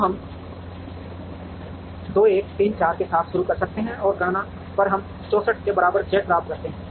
तो हम 2 1 3 4 के साथ शुरू कर सकते हैं और गणना पर हम 64 के बराबर Z प्राप्त करते हैं